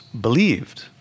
believed